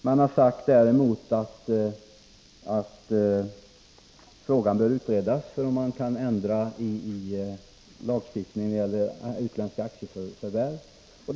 Man har däremot sagt att det bör utredas om man kan ändra i lagstiftningen när det gäller utländska aktieförvärv.